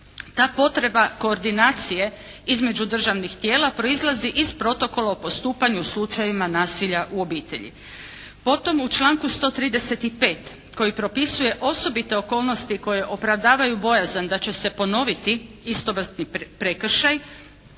Ta potreba koordinacije između državnih tijela proizlazi iz protokola o postupanju u slučajevima nasilja u obitelji. Potom u članku 135. koji propisuje osobite okolnosti koje opravdavaju bojazan da će se ponoviti istovrsni prekršaj